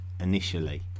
initially